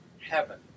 heaven